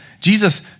Jesus